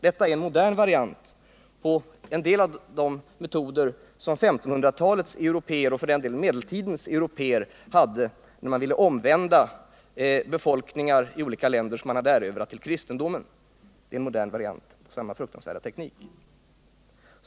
Detta är en modern variant på metoder som medeltidens och 1500-talets européer tog till när de ville omvända befolkningarna till kristendomen i olika länder som de hade erövrat. Det är samma fruktansvärda teknik.